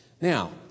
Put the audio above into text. Now